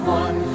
one